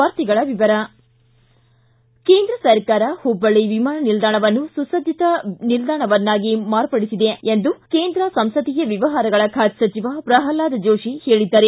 ವಾರ್ತೆಗಳ ವಿವರ ಕೇಂದ್ರ ಸರ್ಕಾರ ಹುಬ್ಬಳ್ಳಿ ವಿಮಾನ ನಿಲ್ದಾಣವನ್ನು ನಿಲ್ದಾಣವನ್ನಾಗಿ ಮಾರ್ಪಡಿಸಿದೆ ಎಂದು ಕೇಂದ್ರ ಸಂಸದೀಯ ವ್ಯವಹಾರಗಳ ಖಾತೆ ಸಚಿವ ಪ್ರಲ್ವಾದ್ ಜೋತಿ ಹೇಳಿದ್ದಾರೆ